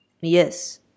Yes